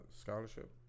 scholarship